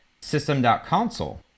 system.console